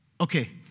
Okay